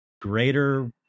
greater